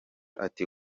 ati